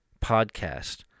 podcast